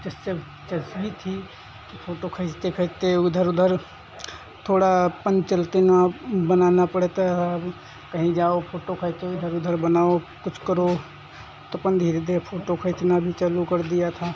थी कि फ़ोटो खींचते खींचते इधर उधर थोड़ा पन्चरत्ना बनाना पड़ता है और कहीं जाओ फ़ोटो खींचो इधर उधर बनाओ कुछ करो तो अपना धीरे धीरे फ़ोटो खींचना भी चालू कर दिया था